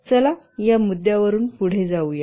चला या मुद्द्यावरून पुढे जाऊया